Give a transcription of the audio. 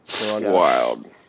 wild